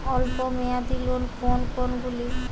অল্প মেয়াদি লোন কোন কোনগুলি?